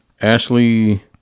Ashley